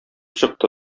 чыкты